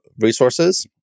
resources